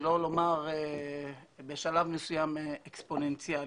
שלא לומר בשלב מסוים אקספוננציאלי.